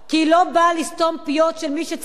כי היא לא באה לסתום פיות של מי שצריך